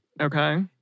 Okay